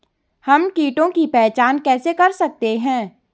हम कीटों की पहचान कैसे कर सकते हैं?